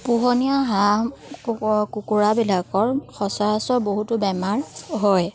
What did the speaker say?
পোহনীয়া হাঁহ কুকুৰাবিলাকৰ সচৰাচৰ বহুতো বেমাৰ হয়